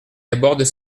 abordent